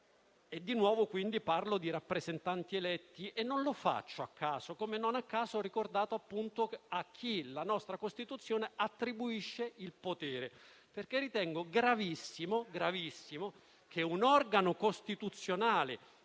Di nuovo quindi parlo di rappresentanti eletti e non lo faccio a caso, come non a caso ho ricordato a chi la nostra Costituzione attribuisce il potere. Ritengo infatti gravissimo che un organo costituzionale,